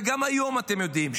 וגם היום אתם יודעים,